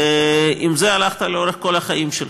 ועם זה הלכת לאורך כל חייך.